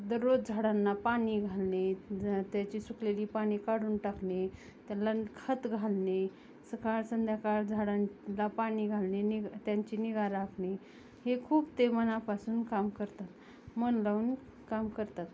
दररोज झाडांना पाणी घालणे ज त्याची सुकलेली पाने काढून टाकणे त्याला खत घालणे सकाळ संध्याकाळ झाडांना पाणी घालणे निगा त्यांची निगा राखणे हे खूप ते मनापासून काम करतात मन लावून काम करतात